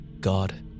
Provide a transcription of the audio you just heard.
God